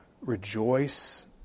rejoice